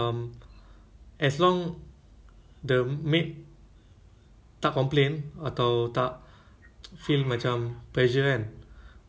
don't over over work the maid lah kalau maid is okay then okay [what] you know